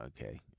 Okay